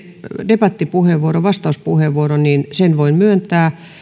debattipuheenvuoron vastauspuheenvuoron niin sen voin myöntää